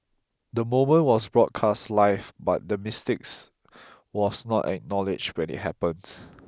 the moment was broadcast live but the mistakes was not acknowledged when it happened